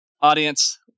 audience